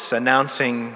announcing